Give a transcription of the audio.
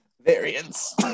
Variance